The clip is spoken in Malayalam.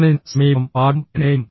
ഫോണിന് സമീപം പാഡും പേനയും